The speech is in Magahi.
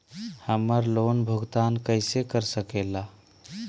हम्मर लोन भुगतान कैसे कर सके ला?